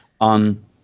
on –